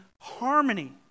harmony